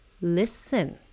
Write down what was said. listen